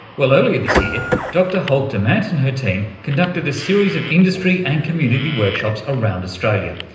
well, earlier this year dr holt-damant and her team conducted a series of industry and community workshops around australia,